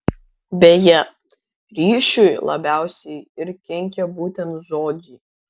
beje ryšiui labiausiai ir kenkia būtent žodžiai